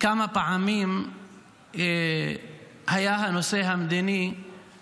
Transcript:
כמה פעמים היה הנושא המדיני